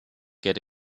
get